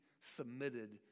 submitted